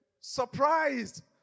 surprised